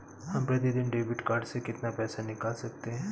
हम प्रतिदिन debit card से कितना पैसा निकाल सकते हैं?